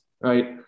right